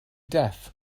deaf